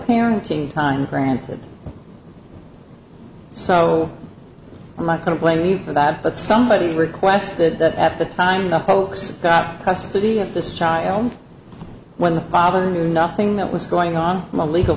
parenting time granted so i'm not going to blame me for that but somebody requested that at the time the folks got custody of this child when the father knew nothing that was going on from a legal